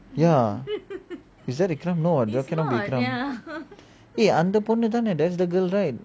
ya is that a clone it can't be clone eh அந்த பொண்ணு தானே:antha ponnu dhanae that is the girl right